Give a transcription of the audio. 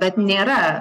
bet nėra